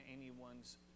anyone's